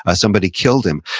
ah somebody killed him.